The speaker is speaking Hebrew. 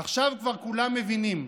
עכשיו כבר כולם מבינים: